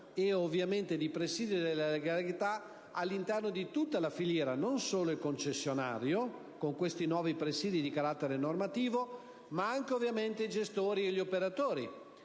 e ovviamente di presidio della legalità all'interno di tutta la filiera - non solo il concessionario con questi nuovi presìdi di carattere normativo, ma anche, ovviamente, i gestori e gli operatori: